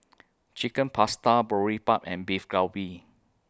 Chicken Pasta Boribap and Beef Galbi